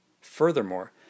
Furthermore